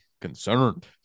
concerned